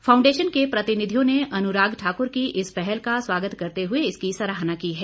foundation के प्रतिनिधियों ने अनुराग ठाकुर की इस पहल का स्वागत करते हुए इसकी सराहना की है